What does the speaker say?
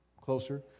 closer